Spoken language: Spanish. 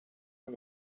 del